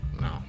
No